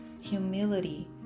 humility